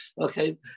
okay